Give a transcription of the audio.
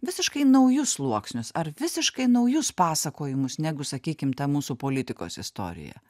visiškai naujus sluoksnius ar visiškai naujus pasakojimus negu sakykim ta mūsų politikos istorija